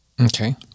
Okay